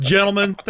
Gentlemen